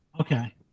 Okay